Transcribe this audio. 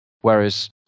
whereas